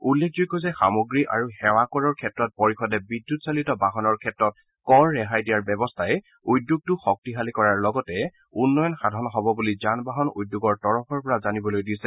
উল্লেখযোগ্য যে সামগ্ৰী আৰু সেৱাকৰৰ ক্ষেত্ৰত পৰিষদে বিদ্যুৎ চালিত বাহনৰ ক্ষেত্ৰত কৰ ৰেহাই দিয়াৰ ব্যৱস্থাই উদ্যোগটো শক্তিশালী কৰাৰ লগতে উন্নয়ন সাধন হব বুলি যান বাহন উদ্যোগৰ তৰফৰ পৰা জানিবলৈ দিছে